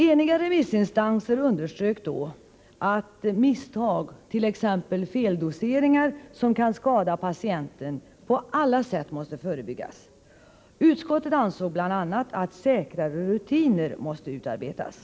Eniga remissinstanser underströk då att misstag —t.ex. feldoseringar — som kan skada patienten, på alla sätt måste förebyggas. Utskottet ansåg bl.a., att säkrare rutiner måste utarbetas.